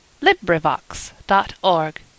LibriVox.org